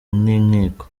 n’inkiko